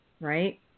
right